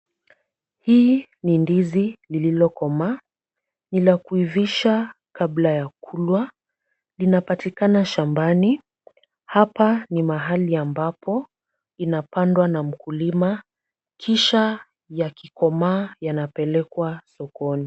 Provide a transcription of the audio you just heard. Hii ni ndizi lililokomaa. Ni la kuivisha kabla ya kulwa. Linapatikana shambani. Hapa ni mahali ambapo inapandwa na mkulima kisha yakikomaa yanapelekwa sokoni.